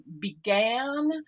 began